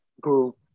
group